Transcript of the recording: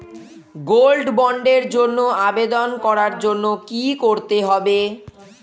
Gold বন্ডের জন্য আবেদন করার জন্য কি করতে হবে?